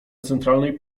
centralnej